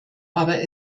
aber